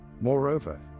Moreover